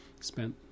spent